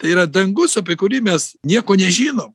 tai yra dangus apie kurį mes nieko nežino